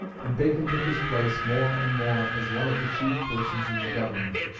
and bacon took his place more and more as one of the chief persons in the government.